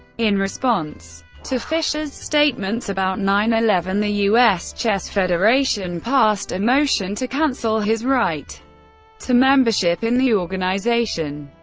in response to fischer's statements about nine eleven, the u s. chess federation passed a motion to cancel his right to membership in the organization.